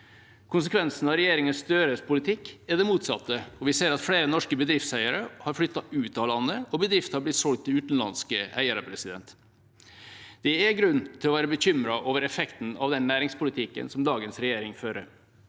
Konsekvensen av regjeringa Støres politikk er det motsatte, og vi ser at flere norske bedriftseiere har flyttet ut av landet, og at bedrifter har blitt solgt til utenlandske eiere. Det er grunn til å være bekymret over effekten av den næringspolitikken som dagens regjering fører.